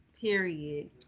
period